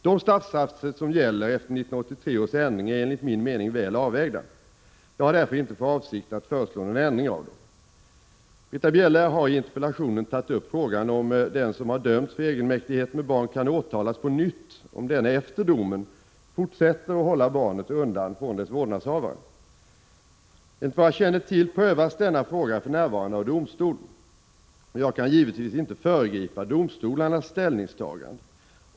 De straffsatser som gäller efter 1983 års ändring är enligt min mening väl avvägda. Jag har därför inte för avsikt att föreslå någon ändring av dem. Britta Bjelle har i interpellationen tagit upp frågan om den som har dömts för egenmäktighet med barn kan åtalas på nytt, om denne efter domen fortsätter att hålla barnet undan från dess vårdnadshavare. Enligt vad jag känner till prövas denna fråga för närvarande av domstol, och jag kan givetvis inte föregripa domstolarnas ställningstagande.